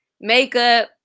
makeup